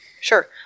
Sure